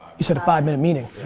you said a five minute meeting.